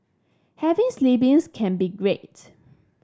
having siblings can be great